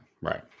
right